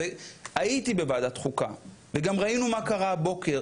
הייתי בוועדת חוקה וגם ראינו מה קרה הבוקר,